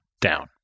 Down